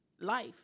life